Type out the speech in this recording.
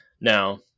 now